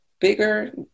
bigger